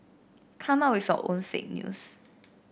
come up with your own fake news